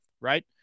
right